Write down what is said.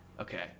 okay